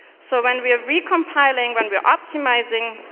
so when we're recompiling, when we're optimising,